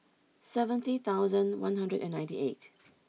seventy thousand one hundred and ninety eight